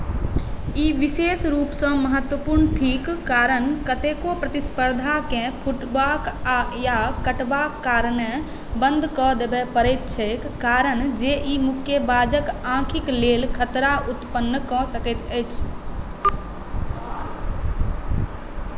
ई विशेष रूपसँ महत्वपूर्ण थिक कारण कतेको प्रतिस्पर्धाकेँ फुटबाक आओर या कटबाक कारणे बन्द कऽ देबए पड़ैत छै कारण जे ई मुक्केबाजके आँखिक लेल खतरा उत्पन्न कऽ सकैत अछि